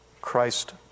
Christ